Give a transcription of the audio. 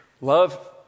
Love